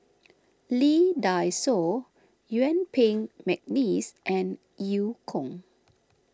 Lee Dai Soh Yuen Peng McNeice and Eu Kong